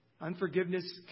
Unforgiveness